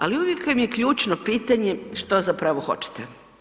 Ali uvijek vam je ključno pitanje što zapravo hoćete?